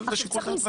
אבל לשיקולכם.